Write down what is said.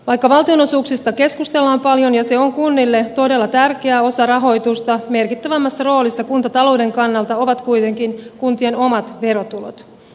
vaikka valtionosuuksista keskustellaan paljon ja se on kunnille todella tärkeä osa rahoitusta merkittävämmässä roolissa kuntatalouden kannalta ovat kuitenkin kuntien omat verotulot